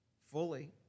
fully